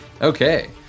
okay